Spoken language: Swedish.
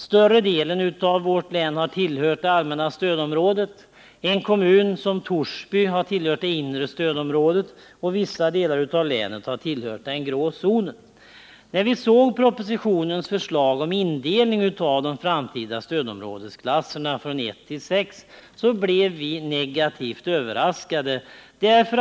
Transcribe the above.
Större delen av vårt län har tillhört det allmänna stödområdet. En kommun som Torsby har tillhört det inre stödområdet, och vissa delar av länet har När vi såg propositionens förslag om indelning av de framtida stödområdesklasserna från 1-6 blev vi negativt överraskade.